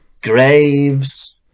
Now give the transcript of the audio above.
graves